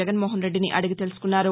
జగన్మోహన్ రెడ్డిని అడిగితెలుసుకున్నారు